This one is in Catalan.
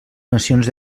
nacions